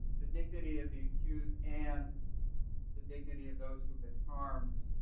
the dignity of the accused and the dignity of those who've been harmed